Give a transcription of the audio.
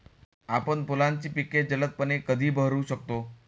आपण फुलांची पिके जलदपणे कधी बहरू शकतो?